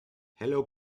hello